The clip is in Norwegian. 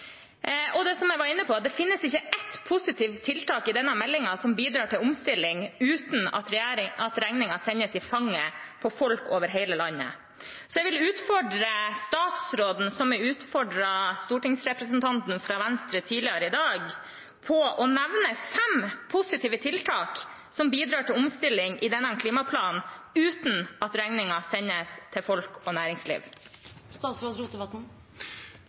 Og som jeg var inne på, det finnes ikke ett positivt tiltak i denne meldingen som bidrar til omstilling, uten at regningen sendes i fanget på folk over hele landet. Så jeg vil utfordre statsråden, som jeg utfordret stortingsrepresentanten fra Venstre tidligere i dag, til å nevne fem positive tiltak i denne klimaplanen som bidrar til omstilling, uten at regningen sendes til folk og næringsliv.